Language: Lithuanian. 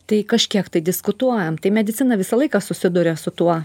tai kažkiek tai diskutuojam tai medicina visą laiką susiduria su tuo